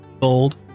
gold